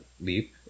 leap